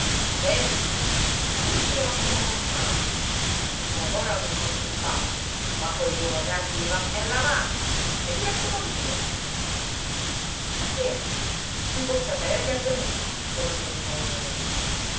vedi poi dici che non siamo fortunati un vapore a ogni morte di papa ma quell'uno che arriva è la manna ringraziamo dio ma chi è si può sapere che è avvenuto domandò di nuovo venerina